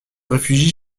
réfugie